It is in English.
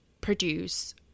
produce